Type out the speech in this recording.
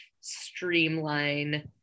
streamline